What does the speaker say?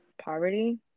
poverty